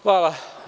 Hvala.